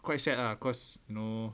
quite sad lah cause you know